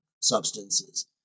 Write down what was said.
substances